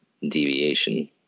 deviation